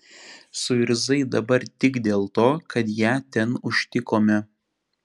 suirzai dabar tik dėl to kad ją ten užtikome